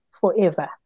forever